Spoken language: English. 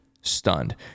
stunned